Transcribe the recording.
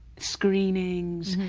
screenings,